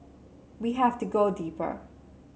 we have to go deeper